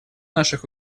наших